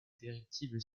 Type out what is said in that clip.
directives